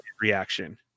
reaction